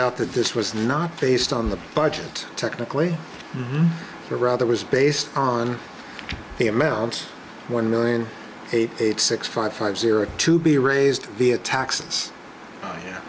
out that this was not based on the budget technically but rather was based on the amount one million eight eight six five five zero to be raised via taxes